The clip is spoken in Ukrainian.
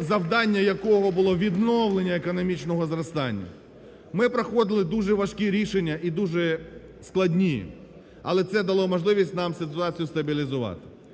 завдання якого було відновлення економічного зростання. Ми проходили дуже важкі рішення і дуже складні, але це дало можливість нам ситуацію стабілізувати.